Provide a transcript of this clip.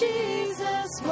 Jesus